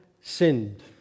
sinned